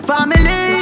Family